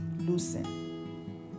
loosen